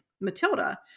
Matilda